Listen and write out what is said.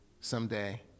someday